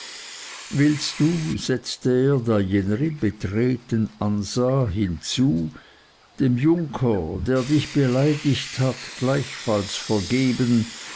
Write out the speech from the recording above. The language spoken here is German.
willst du setzte er da jener ihn betreten ansah hinzu dem junker der dich beleidigt hat gleichfalls vergeben